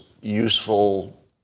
useful